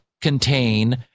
contain